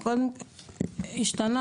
השתנה,